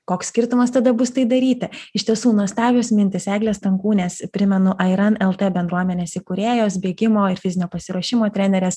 koks skirtumas tada bus tai daryti iš tiesų nuostabios mintys eglės stankūnės primenu airan lt bendruomenės įkūrėjos bėgimo ir fizinio pasiruošimo trenerės